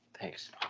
thanks